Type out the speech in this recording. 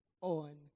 on